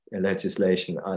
legislation